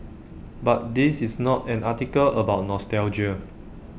but this is not an article about nostalgia